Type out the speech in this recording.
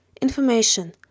Information